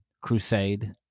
crusade